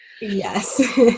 Yes